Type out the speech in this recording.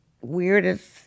weirdest